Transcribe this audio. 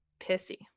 pissy